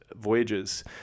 voyages